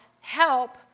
help